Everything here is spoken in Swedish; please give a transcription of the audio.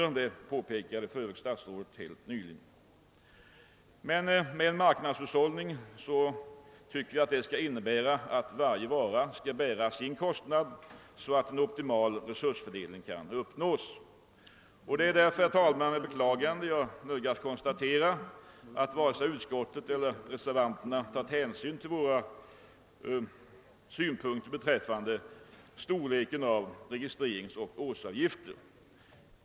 Det påpekade för övrigt statsrådet helt nyss. Men i en marknadshushållning tycker jag att varje vara skall bära sin kostnad så att en optimal resursfördelning kan uppnås. Det är därför, herr talman, med beklagande som jag nödgas konstatera, att varken utskottet eller reservanterna tagit hänsyn till våra synpunkter beträffande storleken av registreringsoch årsavgifter.